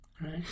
right